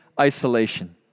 isolation